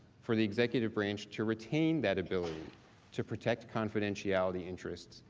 for the executive branch to retain that ability to protect confidentiality interest.